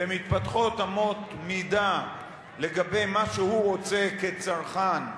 ומתפתחות אמות מידה לגבי מה שהוא רוצה כצרכן,